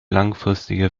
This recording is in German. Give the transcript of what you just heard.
langfristige